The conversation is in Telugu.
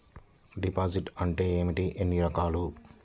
డిపాజిట్ అంటే ఏమిటీ ఎన్ని రకాలు?